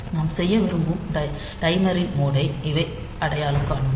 நாம் செயல்பட விரும்பும் டைமரின் மோடை அவை அடையாளம் காணும்